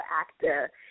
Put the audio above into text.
actor